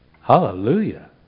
Hallelujah